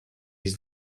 his